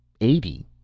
Eighty